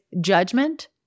judgment